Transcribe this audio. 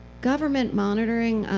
government monitoring,